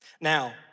Now